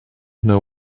know